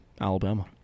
Alabama